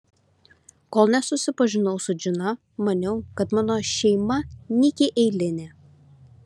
kol nesusipažinau su džina maniau kad mano šeima nykiai eilinė